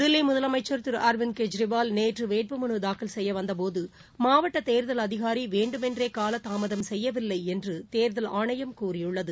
தில்லி முதலமைக்கா் திரு அரவிந்த் கெஜ்ரிவால் நேற்று வேட்புமனு தாக்கல் செய்ய வந்தபோது மாவட்ட தேர்தல் அதிகாரி வேண்டுமென்றே காலதாமதம் செய்யவில்லை என்று தேர்தல் ஆணையம் கூறியுள்ளது